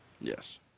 Yes